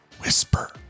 Whisper